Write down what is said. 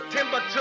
Timber